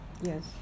Yes